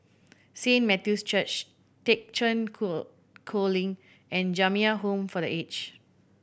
Saint Matthew's Church Thekchen Cho Choling and Jamiyah Home for The Aged